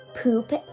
poop